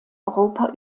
europa